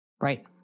Right